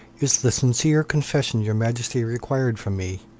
is the sincere confession your majesty required from me.